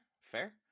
fair